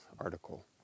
article